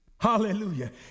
Hallelujah